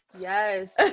Yes